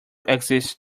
exist